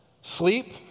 sleep